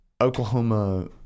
Oklahoma